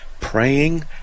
praying